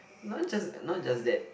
not just not just that